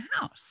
House